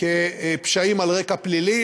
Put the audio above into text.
פשעים על רקע פלילי,